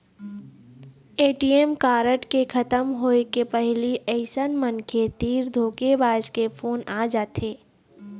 ATM card के खतम होए के पहिली अइसन मनखे तीर धोखेबाज के फोन आ जाथे